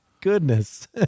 goodness